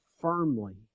firmly